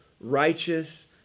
righteous